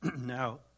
Now